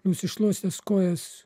nusišluostęs kojas